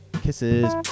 Kisses